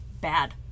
bad